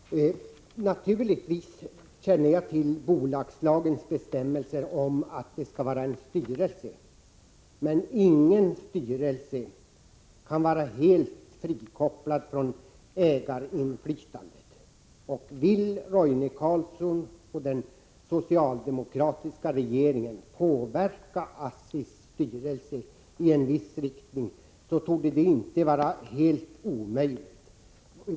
Herr talman! Naturligtvis känner jag till aktiebolagslagens bestämmelse om att det skall finnas en styrelse. Men ingen styrelse kan vara helt frikopplad från ägarinflytandet. Vill Roine Carlsson och den socialdemokratiska regeringen påverka ASSI:s styrelse i en viss riktning, torde det inte vara helt omöjligt.